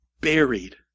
buried